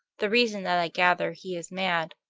the reason that i gather he is mad,